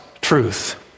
truth